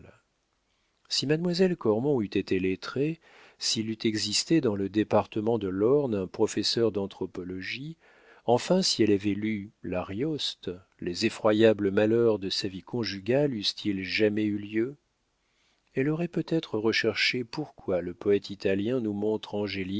si mademoiselle cormon eût été lettrée s'il eût existé dans le département de l'orne un professeur d'anthropologie enfin si elle avait lu l'arioste les effroyables malheurs de sa vie conjugale eussent-ils jamais eu lieu elle aurait peut-être recherché pourquoi le poète italien nous